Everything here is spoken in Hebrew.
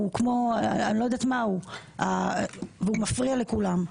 אני לא יודעת מה הוא והוא מפריע לכולם.